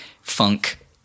funk